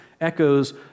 echoes